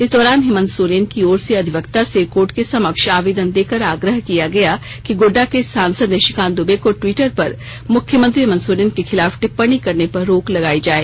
इस दौरान हेमंत सोरेन की ओर से अधिवक्ता से कोर्ट के समक्ष आवेदन देकर आग्रह किया गया कि गोड्डा के सांसद निशिकांत दुबे को ट्वीटर पर मुख्यमंत्री हेमंत सोरेन के खिलाफ टिप्पणी करने पर रोक लगाई जाए